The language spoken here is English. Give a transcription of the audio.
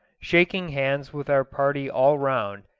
shaking hands with our party all round,